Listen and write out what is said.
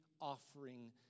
offering